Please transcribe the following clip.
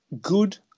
good